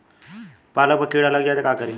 पालक पर कीड़ा लग जाए त का करी?